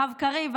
הרב קריב,